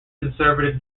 conservative